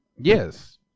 Yes